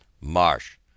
MARSH